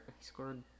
scored